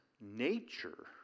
nature